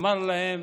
אמר להם: